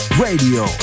Radio